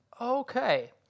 Okay